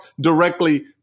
directly